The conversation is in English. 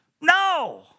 No